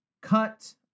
Cut